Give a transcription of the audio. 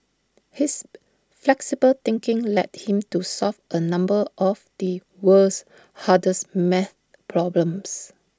his flexible thinking led him to solve A number of the world's hardest math problems